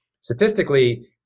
Statistically